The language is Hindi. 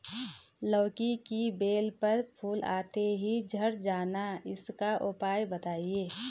लौकी की बेल पर फूल आते ही झड़ जाना इसका उपाय बताएं?